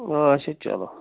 اچھا چَلو